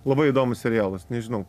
labai įdomus serialas nežinau